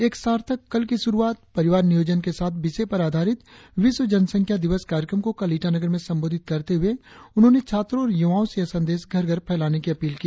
एक सार्थक कल की श्रुआत परिवार नियोजन के साथ विषय पर आधारित विश्व जन संख्या दिवस कार्यक्रम को कल ईटानगर में संबोधित करते हुए उन्होंने छात्रों और युवाओं से यह संदेश घर घर फैलाने की अपील की